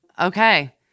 Okay